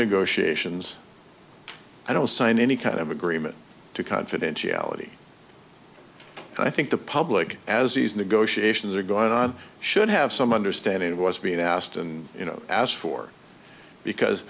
negotiations i don't sign any kind of agreement to confidentiality i think the public as these negotiations are going on should have some understanding of what's being asked and you know asked for because